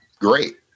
great